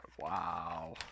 wow